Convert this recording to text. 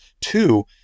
Two